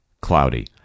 cloudy